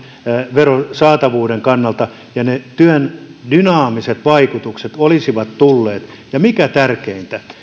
veron saatavuuden kannalta ja ne työn dynaamiset vaikutukset olisivat tulleet ja mikä tärkeintä